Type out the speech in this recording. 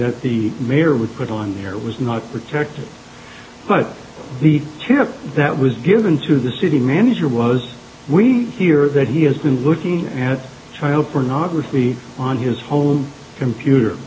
that the mayor would put on here was not protected by the ship that was given to the city manager was we hear that he has been looking and child pornography on his home computer